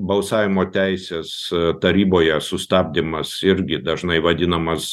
balsavimo teisės taryboje sustabdymas irgi dažnai vadinamas